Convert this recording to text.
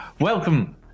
Welcome